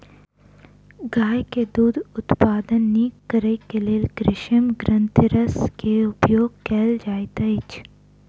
गाय के दूध उत्पादन नीक करैक लेल कृत्रिम ग्रंथिरस के उपयोग कयल जाइत अछि